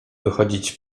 wychodzić